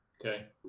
Okay